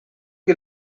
que